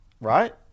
right